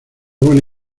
buena